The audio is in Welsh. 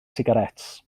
sigaréts